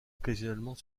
occasionnellement